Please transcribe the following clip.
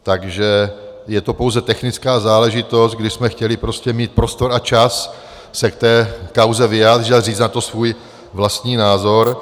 Takže je to pouze technická záležitost, kdy jsme chtěli prostě mít prostor a čas se k té kauze vyjádřit a říct na to svůj vlastní názor.